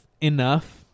enough